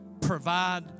provide